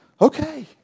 okay